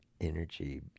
energy